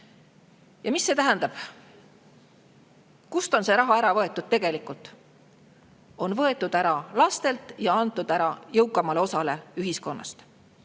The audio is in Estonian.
Ja mis see tähendab? Kust on see raha tegelikult ära võetud? On võetud ära lastelt ja antud jõukamale osale ühiskonnast.